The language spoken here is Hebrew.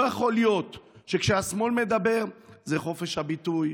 לא יכול להיות שכשהשמאל מדבר זה חופש הביטוי,